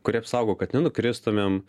kurie apsaugo kad nenukristumėm